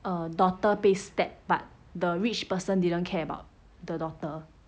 err daughter 被 stab but the rich person didn't care about the daughter